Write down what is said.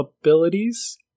abilities